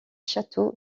château